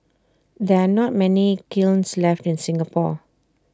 there are not many kilns left in Singapore